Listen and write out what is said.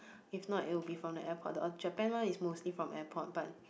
if not it will be from the airport the Japan one is mostly from airport but